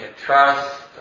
trust